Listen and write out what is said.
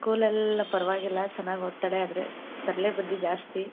ಸ್ಕೂಲೆಲ್ಲ ಪರವಾಗಿಲ್ಲ ಚೆನ್ನಾಗಿ ಓದ್ತಾಳೆ ಆದರೆ ತರಲೆ ಬುದ್ದಿ ಜಾಸ್ತಿ